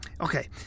Okay